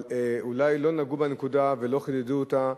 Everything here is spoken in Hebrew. אבל אולי לא נגעו בנקודה ולא חידדו אותה,